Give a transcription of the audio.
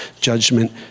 judgment